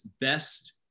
best